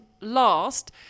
last